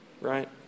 Right